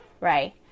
right